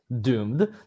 doomed